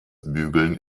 bügeln